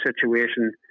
situation